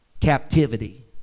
captivity